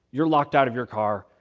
you're locked out of your car.